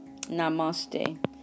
Namaste